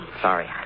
Sorry